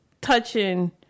touching